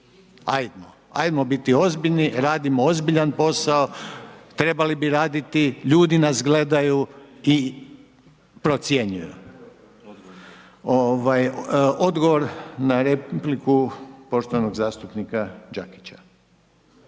Ajmo biti ozbiljni, radimo ozbiljan posao, trebali bi raditi, ljudi nas gledaju i procjenjuju. Odgovor na repliku poštovanog zastupnika Đakića,